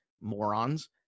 morons